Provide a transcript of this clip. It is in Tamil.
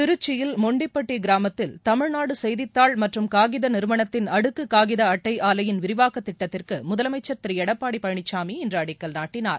திருச்சியில் மொன்டிப்பட்டி கிராமத்தில் தமிழ்நாடு செய்தித்தாள் மற்றும் காகித நிறுவனத்தின் அடுக்கு காகித அட்டை ஆலையின் விரிவாக்கத் திட்டத்திற்கு முதலனமச்சர் திரு எடப்பாடி பழனிசாமி இன்று அடிக்கல் நாட்டினார்